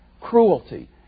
cruelty